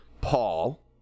Paul